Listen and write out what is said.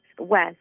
West